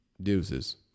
deuces